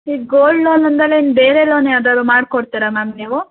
ಈ gold loan ಅಂದಲೆ ಇನ್ನು ಬೇರೆ ಲೋನ್ ಯಾವ್ದಾದ್ರು ಮಾಡ್ಕೊಡ್ತೀರ ಮ್ಯಾಮ್ ನೀವು